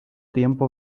tiempo